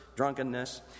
Drunkenness